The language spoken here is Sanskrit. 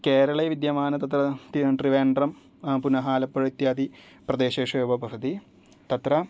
केरले विद्यमान तत्र ट्रिवेण्ड्रं पुनः आलप्पुला इत्यादि प्रदेशेषु एव भवति तत्र